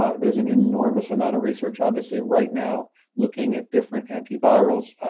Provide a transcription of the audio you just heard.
there is an enormous amount of research, obviously, right now looking at different antivirals.